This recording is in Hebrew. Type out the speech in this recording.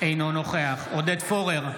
אינו נוכח עודד פורר,